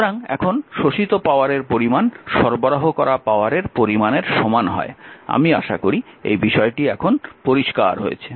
সুতরাং এখন শোষিত পাওয়ারের পরিমান সরবরাহ করা পাওয়ারের পরিমানের সমান হয় আমি আশা করি এই বিষয়টি এখন পরিষ্কার হয়েছে